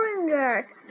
oranges